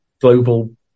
global